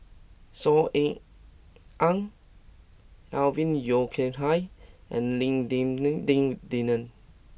Saw Ean Ang Alvin Yeo Khirn Hai and Lim Denan ding Denon